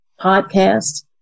podcast